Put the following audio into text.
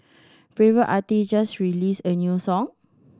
favourite artist just released a new song